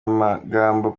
magambo